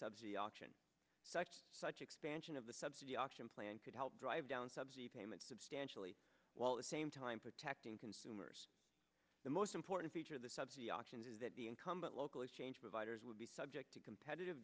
subsidy auction such expansion of the subsidy auction plan could help drive down subsidy payments substantially while the same time protecting consumers the most important feature of the subsidy auctions is that the incumbent local exchange providers would be subject to competitive